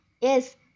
Yes